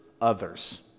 others